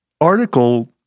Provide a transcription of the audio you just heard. article